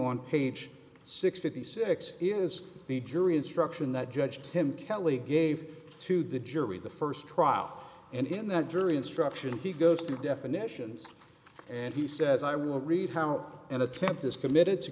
on page sixty six is the jury instruction that judge him kelly gave to the jury the first trial and in that jury instruction he goes through definitions and he says i will read how an attempt is committed to